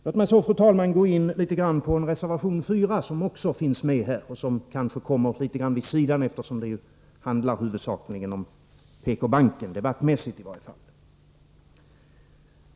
Låt mig så, fru talman, gå in litet på reservation 4, som också finns med här men som kanske kommit litet vid sidan om, eftersom ärendet huvudsakligen handlar om PK-banken.